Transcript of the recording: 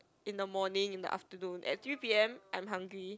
in the morning in the afternoon at three p_m I'm hungry